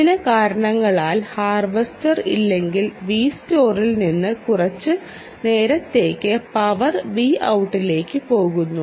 ചില കാരണങ്ങളാൽ ഹാർവെസ്റ്റർ ഇല്ലെങ്കിൽ Vstore ൽ നിന്ന് കുറച്ചു നേരത്തേക്ക് പവർ Vout ലേക്ക് പോകുന്നു